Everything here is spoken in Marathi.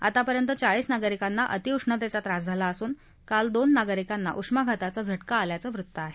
आत्तापर्यंत चाळीस नागरिकांना अतिउष्तेचा त्रास झाला असून काल दोन नागरिकांना उष्माघाताचा झटका आल्याचं वृत्त आहे